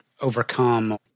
overcome